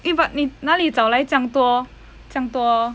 eh but 你那里找来这样多这样多